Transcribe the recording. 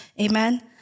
Amen